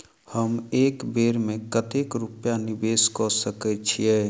हम एक बेर मे कतेक रूपया निवेश कऽ सकैत छीयै?